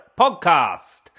Podcast